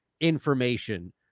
information